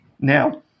Now